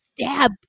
stab